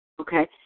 Okay